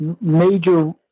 major